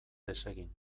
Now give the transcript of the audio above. desegin